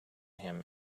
him